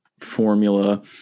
formula